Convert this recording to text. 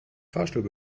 fahrstuhl